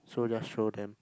so just show them